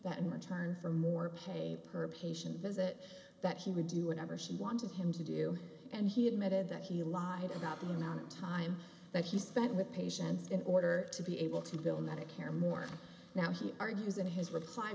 that in return for more pay per patient visit that he would do whatever she wanted him to do and he admitted that he lied about the amount of time that he spent with patients in order to be able to bill medicare more now he argues in his reply